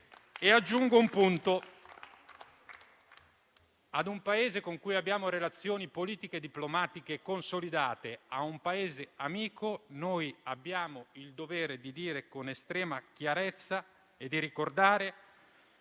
Aggiungo un punto. A un Paese con cui abbiamo relazioni politiche e diplomatiche consolidate, a un Paese amico, noi abbiamo il dovere di ricordare con estrema chiarezza la